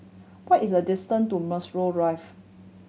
what is the distance to Melrose Drive